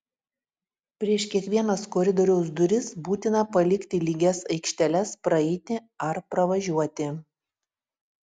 prieš kiekvienas koridoriaus duris būtina palikti lygias aikšteles praeiti ar pravažiuoti